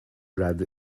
red